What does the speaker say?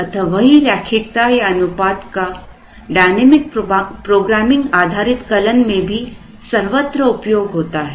अतः वहीरैखिकता या अनुपातका DP आधारित कलन में भी सर्वत्र उपयोग होता है